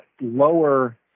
lower